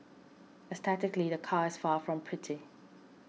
aesthetically the car is far from pretty